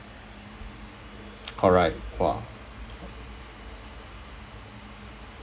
correct !wah!